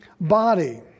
body